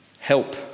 help